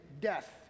death